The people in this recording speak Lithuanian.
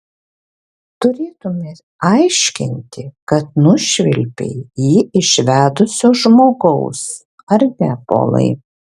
turėtumei aiškinti kad nušvilpei jį iš vedusio žmogaus ar ne polai